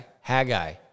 Haggai